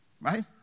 right